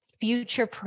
future